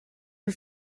her